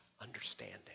understanding